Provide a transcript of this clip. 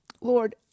Lord